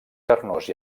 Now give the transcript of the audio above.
carnós